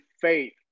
faith